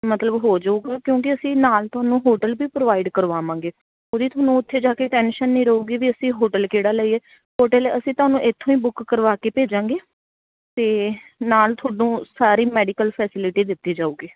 ਮਤਲਬ ਹੋ ਜਾਊਗਾ ਕਿਉਂਕਿ ਅਸੀਂ ਨਾਲ ਤੁਹਾਨੂੰ ਹੋਟਲ ਵੀ ਪ੍ਰੋਵਾਈਡ ਕਰਵਾਵਾਂਗੇ ਉਹਦੀ ਤੁਹਾਨੂੰ ਉੱਥੇ ਜਾ ਕੇ ਟੈਨਸ਼ਨ ਨਹੀਂ ਰਹੇਗੀ ਵੀ ਅਸੀਂ ਹੋਟਲ ਕਿਹੜਾ ਲਈਏ ਹੋਟਲ ਅਸੀਂ ਤੁਹਾਨੂੰ ਇੱਥੋਂ ਹੀ ਬੁੱਕ ਕਰਵਾ ਕੇ ਭੇਜਾਂਗੇ ਅਤੇ ਨਾਲ ਤੁਹਾਨੂੰ ਸਾਰੀ ਮੈਡੀਕਲ ਫੈਸਲਿਟੀ ਦਿੱਤੀ ਜਾਊਗੀ